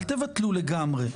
אל תבטלו לגמרי.